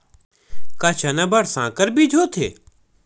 का चना बर संकर बीज होथे?